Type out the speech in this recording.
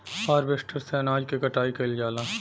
harvester से अनाज के कटाई कइल जाला